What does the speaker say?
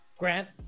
Grant